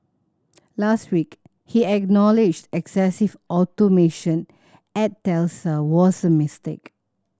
last week he acknowledged excessive automation at Tesla was a mistake